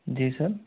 जी sir